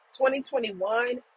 2021